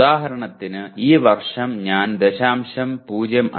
ഉദാഹരണത്തിന് ഈ വർഷം ഞാൻ 0